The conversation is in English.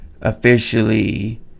officially